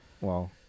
wow